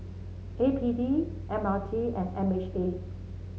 A P D M R T and M H A